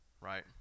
Right